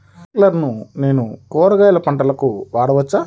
స్ప్రింక్లర్లను నేను కూరగాయల పంటలకు వాడవచ్చా?